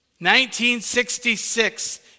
1966